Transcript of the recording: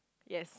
yes